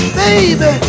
baby